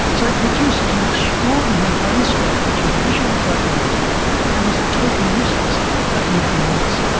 so it produces an extraordinary landscape which is visually quite dramatic and is totally useless for anything else.